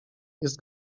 jest